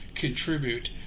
contribute